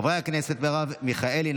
חברי הכנסת מרב מיכאלי,